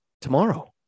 Tomorrow